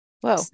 Whoa